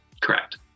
Correct